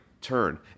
turn